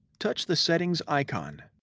touch the settings icon.